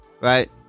right